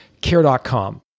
care.com